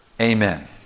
Amen